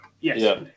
Yes